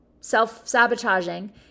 self-sabotaging